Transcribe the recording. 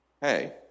Hey